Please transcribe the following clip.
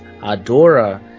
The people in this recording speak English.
Adora